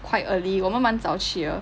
quite early 我们蛮早去的